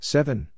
Seven